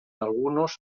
algunos